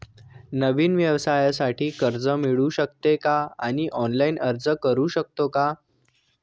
नवीन व्यवसायासाठी कर्ज मिळू शकते का आणि ऑनलाइन अर्ज करू शकतो का?